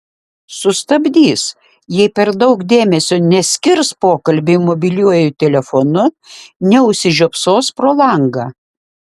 sustabdys jei per daug dėmesio neskirs pokalbiui mobiliuoju telefonu neužsižiopsos pro langą